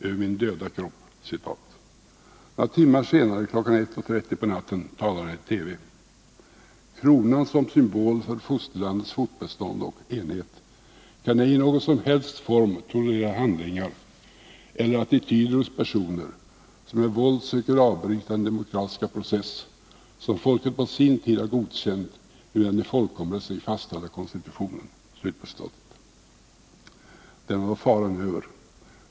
”Över min döda kropp.” Några timmar senare, kl. 1.30 på natten, talar han i TV: ”Kronan som symbol för fosterlandets fortbestånd och enhet kan ej i någon som helst form tolerera handlingar eller attityder hos personer som med våld söker avbryta den demokratiska process, som folket på sin tid har godkänt genom den i folkomröstning fastställda konstitutionen.” Därmed är faran över.